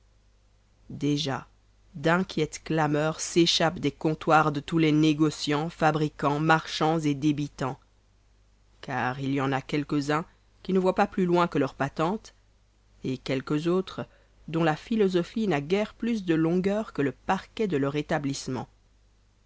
déjà d'inquiètes clameurs s'échappent des comptoirs de tous les négocians fabricans marchands et débitans car il y en a quelques-uns qui ne voient pas plus loin que leur patente et quelques autres dont la philosophie n'a guère plus de longueur que le parquet de leur établissement